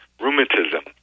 rheumatism